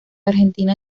argentina